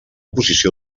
posició